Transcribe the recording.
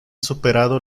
superado